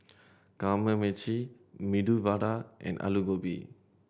Kamameshi Medu Vada and Alu Gobi